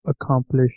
accomplish